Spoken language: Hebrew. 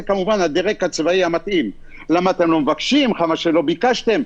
זה כמובן הדרג הצבאי המתאים חבל שלא ביקשתם.